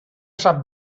sap